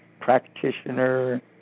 practitioner